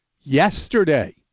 yesterday